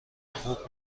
خوب